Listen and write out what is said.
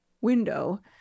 window